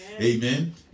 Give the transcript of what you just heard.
Amen